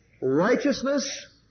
righteousness